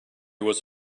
was